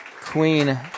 queen